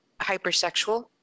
hypersexual